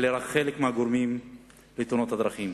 אלה רק חלק מהגורמים לתאונות הדרכים.